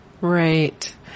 Right